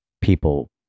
people